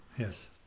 Yes